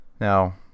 Now